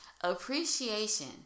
appreciation